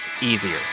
Easier